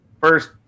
first